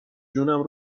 جونم